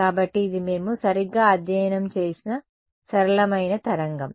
కాబట్టి ఇది మేము సరిగ్గా అధ్యయనం చేసిన సరళమైన తరంగం